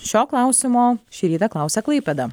šio klausimo šį rytą klausia klaipėda